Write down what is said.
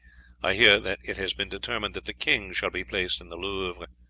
i hear that it has been determined that the king shall be placed in the louvre,